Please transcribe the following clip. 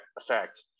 effect